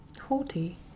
Haughty